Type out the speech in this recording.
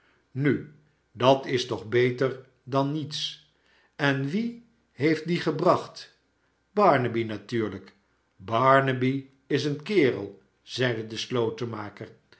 nu dat is toch beter dan niets en wie heeft dien gebracht barnaby natuurlijk jbarnaby is een kerel zeide de slotenmaker